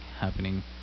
happening